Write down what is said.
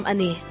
Ani